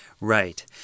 Right